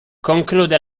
conclude